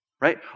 right